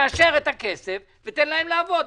תאשר את הכסף ותן להם לעבוד.